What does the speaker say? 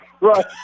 right